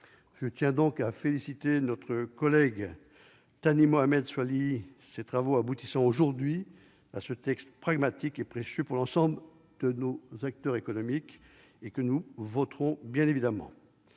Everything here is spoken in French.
Je tiens donc à féliciter notre collègue Thani Mohamed Soilihi, ses travaux aboutissant aujourd'hui à ce texte pragmatique et précieux pour l'ensemble de nos acteurs économiques. Nous voterons évidemment